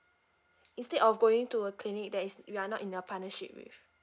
instead of going to a clinic that is we are not in a partnership with